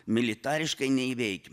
militariškai neįveikiama